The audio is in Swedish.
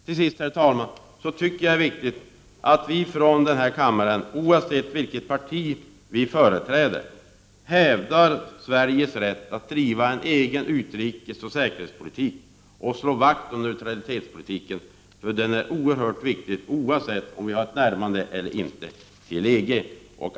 Till sist, herr talman, tycker jag att det är viktigt att vi i denna kammare, oavsett vilket parti vi företräder, hävdar Sveriges rätt att driva en egen utrikesoch säkerhetspolitik och slår vakt om neutralitetspolitiken, som är mycket väsentlig oavsett om vi närmar oss EG eller inte.